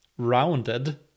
rounded